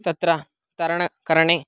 तत्र तरणकरणे